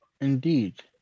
indeed